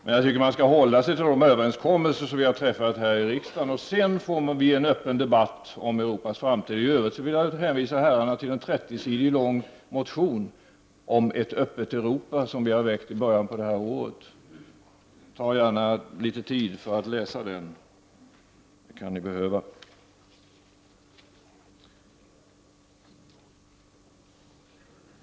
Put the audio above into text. Men jag tycker att man skall hålla sig till de överenskommelser som vi har träffat här i riksdagen, och sedan får vi en öppen debatt om Europas framtid. I övrigt vill jag hänvisa herrarna till en 30 sidor lång motion om ett öppet Europa som vi har väckt i början av det här året. Ta gärna litet tid för att läsa den. Det kan ni behöva.